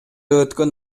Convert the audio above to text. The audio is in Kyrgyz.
өткөн